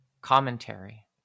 commentary